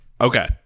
Okay